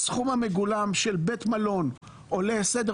הסכום המגולם של בית מלון עולה סדר